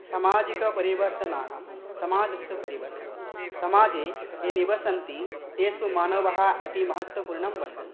सामाजिकपरिवर्तनानां समाजस्य परिवर्तनं समाजे ये निवसन्ति तेषु मानवाः अति महत्त्वपूर्णं वर्तन्ते